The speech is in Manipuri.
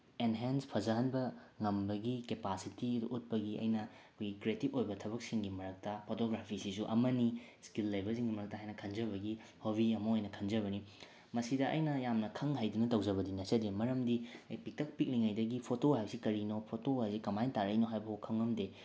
ꯑꯦꯟꯍꯦꯟꯁ ꯐꯖꯍꯟꯕ ꯉꯝꯕꯒꯤ ꯀꯦꯄꯥꯁꯤꯇꯤ ꯑꯗꯨ ꯎꯠꯄꯒꯤ ꯑꯩꯅ ꯑꯩꯈꯣꯏꯒꯤ ꯀ꯭ꯔꯤꯌꯦꯇꯤꯞ ꯑꯣꯏꯕ ꯊꯕꯛꯁꯤꯡꯒꯤ ꯃꯔꯛꯇ ꯐꯣꯇꯣꯒ꯭ꯔꯥꯐꯤꯁꯤꯁꯨ ꯑꯃꯅꯤ ꯏꯁꯀꯤꯜ ꯂꯩꯕꯁꯤꯡꯒꯤ ꯃꯔꯛꯇ ꯍꯥꯏꯅ ꯈꯟꯖꯕꯒꯤ ꯍꯣꯕꯤ ꯑꯃ ꯑꯣꯏꯅ ꯈꯟꯖꯕꯅꯤ ꯃꯁꯤꯗ ꯑꯩꯅ ꯌꯥꯝ ꯈꯪ ꯍꯩꯗꯨꯅ ꯇꯧꯖꯕꯗꯤ ꯅꯠꯆꯗꯦ ꯃꯔꯝꯗꯤ ꯑꯩ ꯄꯤꯛꯇꯛ ꯄꯤꯛꯂꯤꯉꯩꯗꯒꯤ ꯐꯣꯇꯣ ꯍꯥꯏꯕꯁꯤ ꯀꯔꯤꯅꯣ ꯐꯣꯇꯣ ꯍꯥꯏꯕꯁꯤ ꯀꯃꯥꯏꯅ ꯇꯥꯔꯛꯏꯅꯣ ꯍꯥꯏꯕꯥꯎ ꯈꯪꯉꯝꯗꯦ